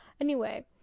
anyway-